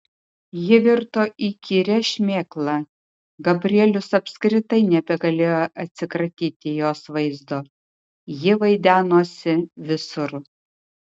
ji virto įkyria šmėkla gabrielius apskritai nebegalėjo atsikratyti jos vaizdo ji vaidenosi visur